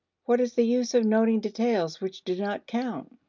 what is the use of noting details which do not count?